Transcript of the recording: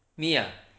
me ah